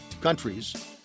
countries